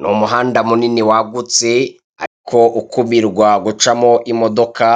Ni umuhanda munini wagutse ariko ukumirwa gucamo imodoka